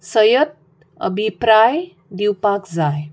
सयत अभिप्राय दिवपाक जाय